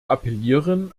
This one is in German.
appellieren